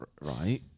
right